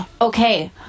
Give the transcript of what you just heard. okay